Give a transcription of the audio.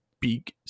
big